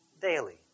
daily